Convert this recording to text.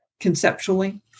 Conceptually